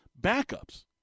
backups